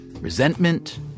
resentment